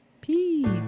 Peace